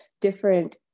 different